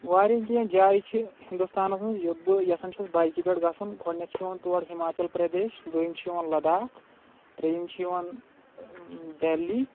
واریاہ کینٛہہ جایہِ چھِ ہِنٛدوستانَس منٛز یوٚت بہٕ یَژھان چھُس بایکہِ پٮ۪ٹھ گژھُن گۄڈنٮ۪تھ چھُ یِوَان تور ہِماچَل پرٛدیش دوٚیِم چھُ یِوان لداخ ترٛیِم چھُ یِوان دہلی